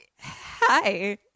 hi